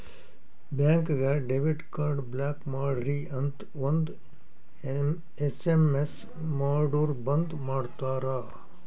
ಬ್ಯಾಂಕ್ಗ debit card block ಮಾಡ್ರಿ ಅಂತ್ ಒಂದ್ ಎಸ್.ಎಮ್.ಎಸ್ ಮಾಡುರ್ ಬಂದ್ ಮಾಡ್ತಾರ